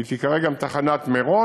והיא תיקרא גם תחנת מירון,